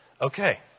Okay